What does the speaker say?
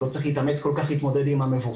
לא צריך להתאמץ כל כך להתמודד עם המבוכה,